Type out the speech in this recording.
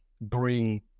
bring